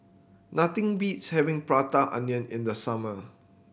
nothing beats having Prata Onion in the summer